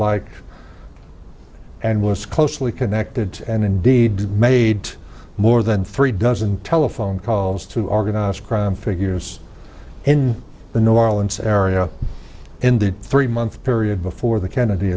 like and was closely connected to and indeed made more than three dozen telephone calls to organized crime figures in the new orleans area in the three month period before the kennedy